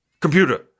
Computer